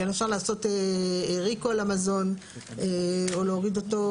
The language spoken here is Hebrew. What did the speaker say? אפשר לעשות ריקול למזון או להוריד אותו,